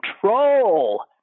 control